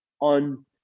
on